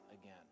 again